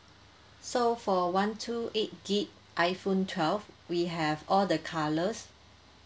so for one two eight gig iphone twelve we have all the colours